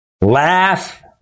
laugh